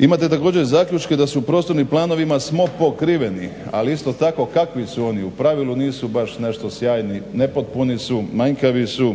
Imate također zaključke da u prostornim planovima smo pokriveni, ali isto tako kakvi su oni, u pravilu nisu baš nešto sjajni, nepotpuni su, manjkavi su,